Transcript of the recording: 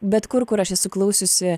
bet kur kur aš esu klausiusi